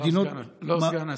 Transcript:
לא סגן השר.